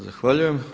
Zahvaljujem.